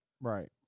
Right